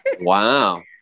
Wow